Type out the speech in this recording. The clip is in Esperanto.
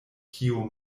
kiu